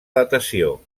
datació